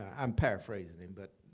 i'm paraphrasing him, but